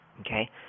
Okay